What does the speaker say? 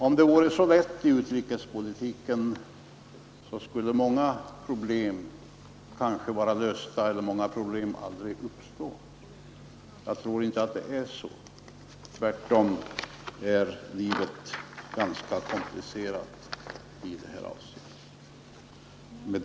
Om det vore så lätt i utrikespolitiken så skulle många problem kanske vara lösta och många problem aldrig uppstå. Jag tror inte att det är så. Tvärtom, livet är ganska komplicerat i det här avseendet.